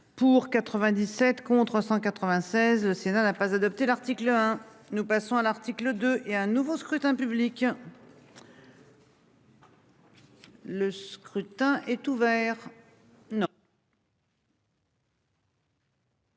pour 97 contre 196, le Sénat n'a pas adopté l'article 1. Nous passons à l'article 2 et un nouveau scrutin public.-- Le scrutin est ouvert.